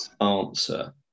answer